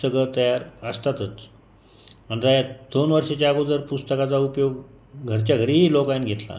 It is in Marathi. पुस्तकं तयार असतातच आता ह्या दोन वर्षाच्या अगोदर पुस्तकाचा उपयोग घरच्या घरीही लोकांनी घेतला